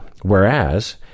Whereas